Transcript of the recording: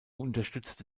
unterstützte